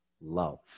love